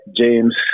James